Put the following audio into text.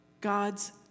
God's